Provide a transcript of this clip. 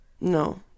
No